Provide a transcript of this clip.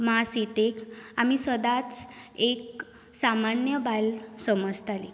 मा सीतेक आमी सदांच एक सामान्य बायल समजतालीं